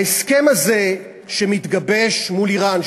ההסכם הזה שמתגבש מול איראן,